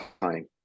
time